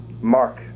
mark